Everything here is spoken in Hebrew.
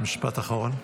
משפט אחרון.